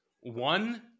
one